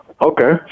Okay